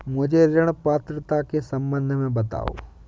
मुझे ऋण पात्रता के सम्बन्ध में बताओ?